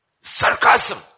sarcasm